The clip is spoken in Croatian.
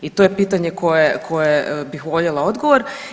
I to je pitanje koje bih voljela odgovor.